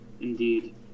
Indeed